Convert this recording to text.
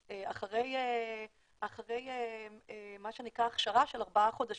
אחרי מה שנקרא הכשרה של ארבעה חודשים,